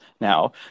now